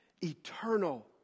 eternal